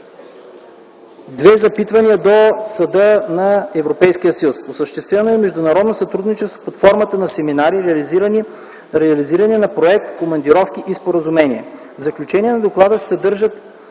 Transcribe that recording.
две запитвания до Съда на Европейския съюз. Осъществено е и международно сътрудничество под формата на семинари, реализиране на проект, командировки и споразумение. В заключението на доклада се съдържат